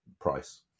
price